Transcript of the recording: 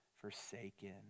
forsaken